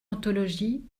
anthologie